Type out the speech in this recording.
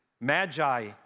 Magi